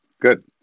Good